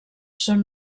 són